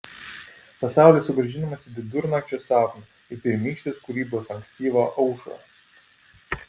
pasaulis sugrąžinamas į vidurnakčio sapną į pirmykštės kūrybos ankstyvą aušrą